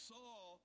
Saul